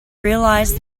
realise